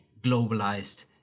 globalized